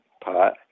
pot